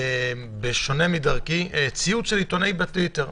בשונה מדרכי, ציוץ של עיתונאי בטוויטר.